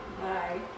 Bye